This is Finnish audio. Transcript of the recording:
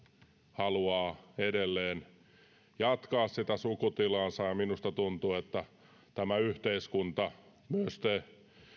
haluaa edelleen jatkaa sitä sukutilaansa ja minusta tuntuu että tämä yhteiskunta myös te